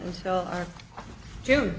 until our june